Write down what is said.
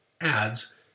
ads